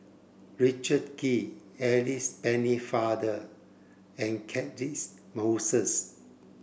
Richard Kee Alice Pennefather and Catchick Moses